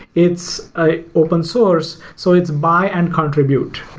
it's ah open source. so it's buy and contribute,